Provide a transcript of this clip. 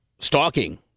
stalking